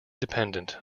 dependent